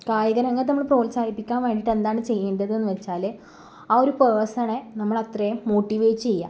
കായിക രംഗത്ത് നമ്മൾ പ്രോത്സാഹിപ്പിക്കാൻ വേണ്ടിയിട്ടെന്താണ് ചെയ്യേണ്ടതെന്നു വെച്ചാൽ ആ ഒരു പേഴ്സണെ നമ്മളത്രയും മോട്ടിവേറ്റ് ചെയ്യുക